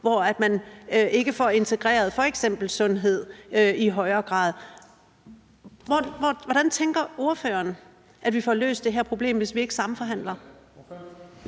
højere grad får integreret f.eks. sundhed. Hvordan tænker ordføreren at vi får løst det her problem, hvis vi ikke samforhandler?